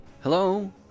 Hello